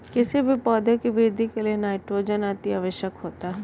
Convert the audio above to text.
किसी भी पौधे की वृद्धि के लिए नाइट्रोजन अति आवश्यक होता है